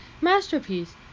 Masterpiece